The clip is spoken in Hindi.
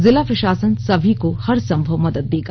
जिला प्रशासन सभी को हरसंभव मदद देगा